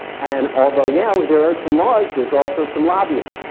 and although, yeah, there are some laws, there's also some lobbying.